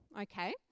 okay